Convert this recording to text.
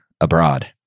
abroad